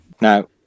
Now